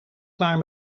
klaar